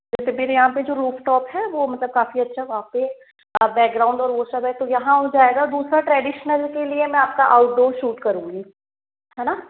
जैसे मेरे यहाँ पे जो रूफटॉप है वो मतलब काफ़ी अच्छा काफ़ी बैकग्राउंड और वो सब है तो यहाँ हो जाएगा दूसरा ट्रैडिशनल के लिए मैं आपका आउटडोर शूट करूँगी है ना